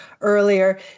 earlier